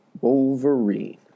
Wolverine